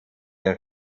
der